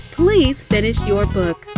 pleasefinishyourbook